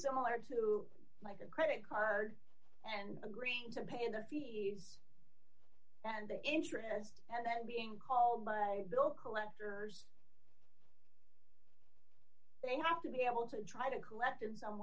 similar to like a credit card and agreeing to pay the fees and the interest and then being called by bill collectors they have to be able to try to collect in some